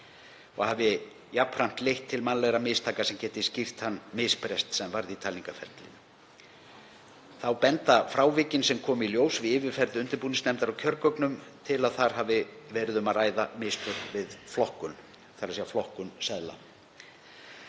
og hafi jafnframt leitt til mannlegra mistaka sem geti skýrt þann misbrest sem varð í talningarferlinu. Þá benda frávikin sem komu í ljós við yfirferð undirbúningsnefndar á kjörgögnum til þess að þar hafi verið um að ræða mistök við flokkun, þ.e. flokkun seðla.